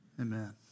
amen